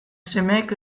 semeek